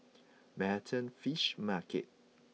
Manhattan Fish Market